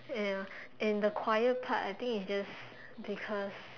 ya and the quiet part I think it's just because